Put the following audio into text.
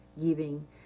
giving